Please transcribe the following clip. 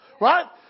Right